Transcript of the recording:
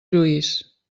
lluís